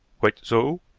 quite so,